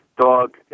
Dog